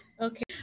Okay